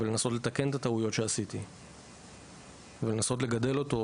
ולנסות לתקן את הטעויות שעשיתי ולנסות לגדל אותו,